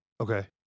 Okay